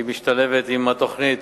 היא משתלבת בתוכנית